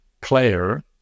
player